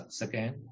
second